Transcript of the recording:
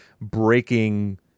breaking